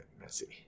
messy